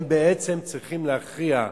הם בעצם צריכים להכריע,